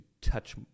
touch